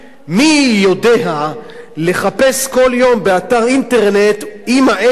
מי יודע לחפש כל יום באתר אינטרנט אם העץ שליד